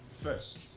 first